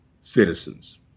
citizens